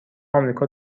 امریکا